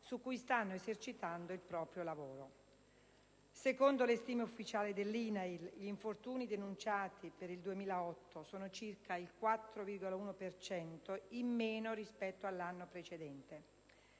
su cui stanno esercitando il proprio lavoro. Secondo le stime ufficiali dell'INAIL gli infortuni denunciati nel 2008 sono circa il 4,1 per cento in meno rispetto all'anno precedente.